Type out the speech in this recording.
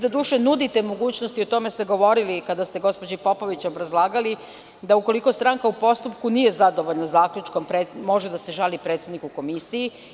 Doduše, vi nudite mogućnost, i o tome ste govorili kada ste gospođi Popović obrazlagali, da ukoliko stranka u postupku nije zadovoljna zaključkom, može da se žali predsedniku komisije.